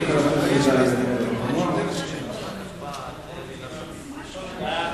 ההצעה להעביר את הצעת חוק לתיקון פקודת הרופאים (תנאי